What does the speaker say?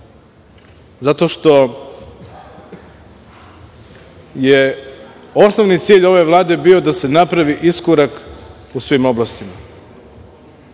zato što je osnovni cilj ove Vlade da se napravi iskorak u svim oblastima.